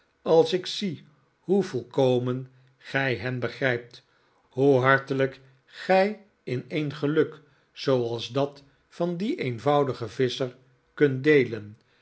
als ik zie hoe volkomen gij hen begrijpt hoe hartelijk gij in een geluk zooals dat van dien eenvoudigen visscher kunt deelen